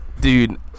Dude